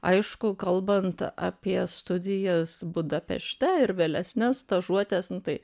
aišku kalbant apie studijas budapešte ir vėlesnea stažuotes nu tai